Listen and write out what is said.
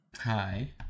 Hi